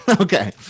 Okay